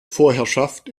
vorherrschaft